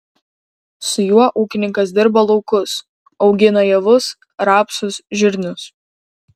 su juo ūkininkas dirba laukus augina javus rapsus žirnius